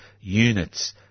units